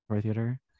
Theater